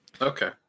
Okay